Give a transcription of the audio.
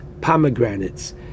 pomegranates